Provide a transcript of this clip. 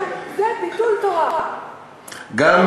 כן, זה ביטול תורה, בדיוק.